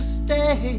stay